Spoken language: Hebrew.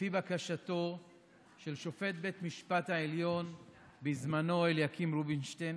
לפי בקשתו של שופט בית המשפט העליון בזמנו אליקים רובינשטיין,